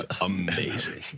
amazing